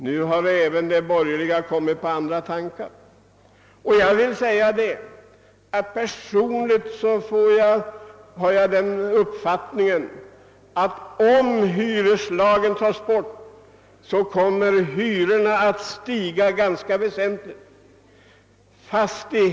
Nu har även de borgerliga kommit på andra tankar, Personligen har jag den uppfattningen att om hyresregleringslagen avskaffas, så kommer hyrorna att stiga väsentligt. BIL.